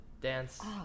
dance